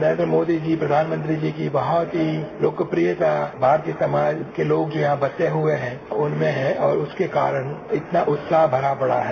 नरेन्द्र मोदी जी प्रधानमंत्री जी की बहुत ही लोक प्रियता भारतीय समाज के लोग जो यहां बसे हुए हैं उनमें है और उसके कारण इतना उत्साह भरा पड़ा है